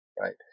Right